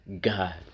God